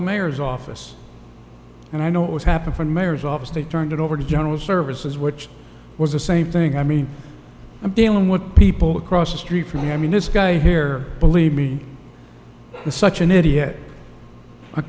the mayor's office and i know it was happen from the mayor's office they turned it over to general services which was the same thing i mean i'm dealing with people across the street from me i mean this guy here believe me such an idiot i